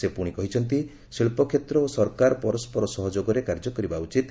ସେ ପୁଣି କହିଛନ୍ତି ଶିଳ୍ପକ୍ଷେତ୍ର ଓ ସରକାର ପରସ୍କରର ସହଯୋଗରେ କାର୍ଯ୍ୟ କରିବା ଉଚିତ